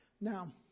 Now